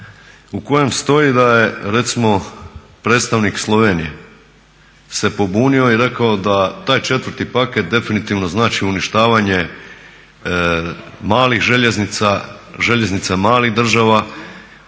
u kojem stoji da je recimo predstavnik Slovenije se pobunio i rekao da taj četvrti paket definitivno znači uništavanje malih željeznica, željeznica malih država